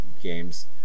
games